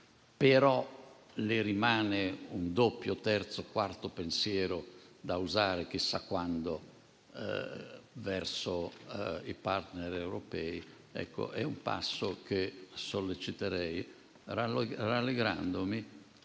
ma le rimane un doppio, terzo o quarto pensiero da usare, chissà quando, verso i *partner* europei - è un passo che solleciterei, rallegrandomi